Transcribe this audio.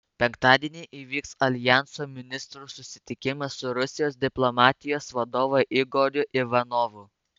penktadienį įvyks aljanso ministrų susitikimas su rusijos diplomatijos vadovu igoriu ivanovu